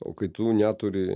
o kai tu neturi